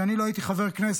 כשאני לא הייתי חבר כנסת,